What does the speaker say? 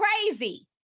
crazy